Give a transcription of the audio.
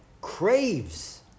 craves